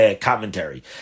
commentary